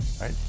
right